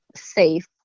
safe